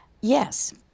Yes